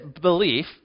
belief